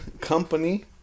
Company